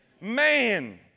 man